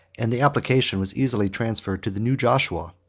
and the application was easily transferred to the new joshua,